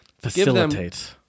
facilitate